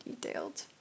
detailed